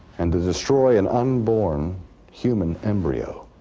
and to destroy an unborn human embryo,